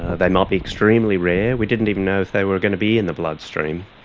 they might be extremely rare. we didn't even know if they were going to be in the bloodstream.